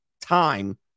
time